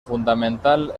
fundamental